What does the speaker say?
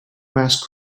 mass